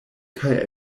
kaj